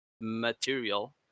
material